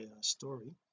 story